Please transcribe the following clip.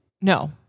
No